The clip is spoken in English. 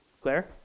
Claire